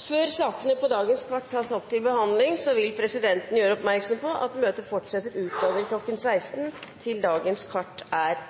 Før sakene på dagens kart tas opp til behandling, vil presidenten informere om at møtet fortsetter utover kl. 16 til dagens kart er